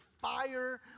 fire